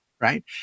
right